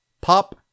pop